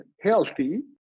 healthy